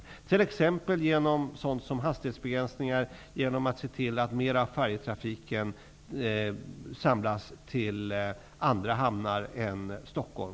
Det kan t.ex. ske genom hastighetsbegränsningar och genom att man ser till att delar av färjetrafiken samlas i andra hamnar än Stockholm.